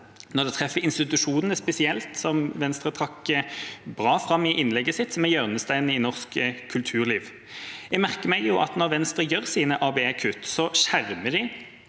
når det treffer institusjonene spesielt, som Venstre trakk bra fram i innlegget sitt, som er hjørnesteinen i norsk kulturliv. Jeg merker meg at når Venstre gjør sine ABE-kutt, skjermer de